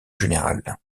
générale